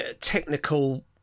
technical